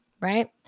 right